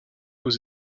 aux